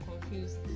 confused